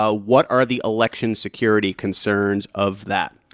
ah what are the election security concerns of that?